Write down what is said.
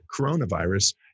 coronavirus